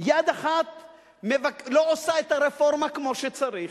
יד אחת לא עושה את הרפורמה כמו שצריך,